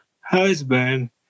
husband